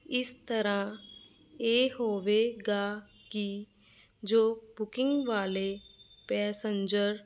ਇਸ ਤਰ੍ਹਾਂ ਇਹ ਹੋਵੇਗਾ ਕਿ ਜੋ ਬੁਕਿੰਗ ਵਾਲੇ ਪੈਸੰਜਰ